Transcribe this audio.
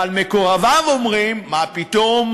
אבל מקורביו אומרים: מה פתאום,